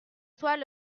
soit